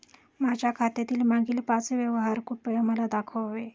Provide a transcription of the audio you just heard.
माझ्या खात्यातील मागील पाच व्यवहार कृपया मला दाखवावे